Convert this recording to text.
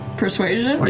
persuasion? but